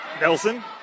Nelson